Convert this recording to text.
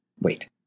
Wait